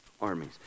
armies